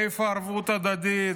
איפה הערבות ההדדית?